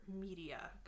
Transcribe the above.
media